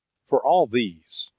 for all these,